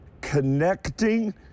connecting